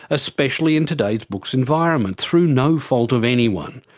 especially in today's books environment, through no fault of anyone.